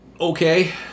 okay